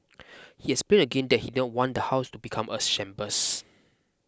he explained again that he don't want the house to become a shambles